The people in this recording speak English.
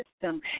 system